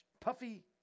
Puffy